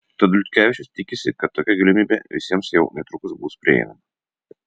tad liutkevičius tikisi kad tokia galimybė visiems jau netrukus bus prieinama